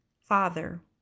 father